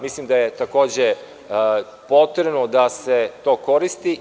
Mislim da je takođe potrebno da se to koristi.